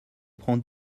prends